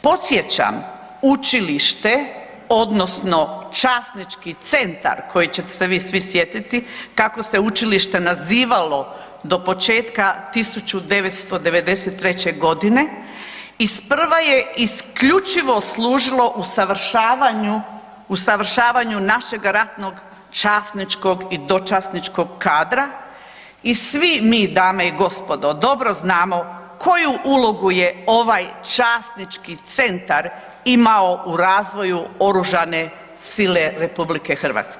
Podsjećam učilište odnosno časnički centar kojega ćete se svi vi sjetiti kako se učilište nazivalo do početka 1993. godine iz prva je isključivo služilo usavršavanju, usavršavanju našega ratnog časničkog i dočasničkog kadra i svi mi dame i gospodo dobro znamo koju ulogu je ovaj časnički centar imamo u razvoju oružane sile RH.